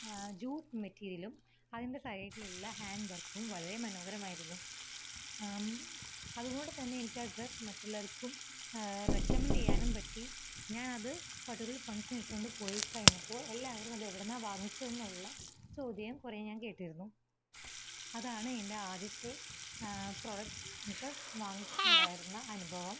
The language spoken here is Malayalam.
ജൂട്ട് മെറ്റീരിയലും അതിന്റെ സൈഡിലുള്ള ഹാന്ഡ് വര്ക്കും വളരെ മനോഹരമായിരുന്നു അതുകൊണ്ടുതന്നെ എനിക്ക് ആ ഡ്രസ്സ് മറ്റുള്ളവര്ക്കും റെക്കമെന്റ് ചെയ്യാനും പറ്റി ഞാനത് പണ്ടൊരു ഫങ്ങ്ഷന് ഇട്ടോണ്ട് പോയി കഴിഞ്ഞപ്പോള് എല്ലാവരും അതെവിടുന്നാ വാങ്ങിച്ചേന്നുള്ള ചോദ്യം കുറെ ഞാന് കേട്ടിരുന്നു അതാണ് എന്റെ ആദ്യത്തെ പ്രോടക്റ്റ് ഡ്രസ്സ് വാങ്ങിച്ചിട്ടുണ്ടായിരുന്ന അനുഭവം